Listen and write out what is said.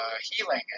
healing